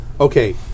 okay